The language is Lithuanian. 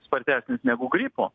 spartesnis negu gripo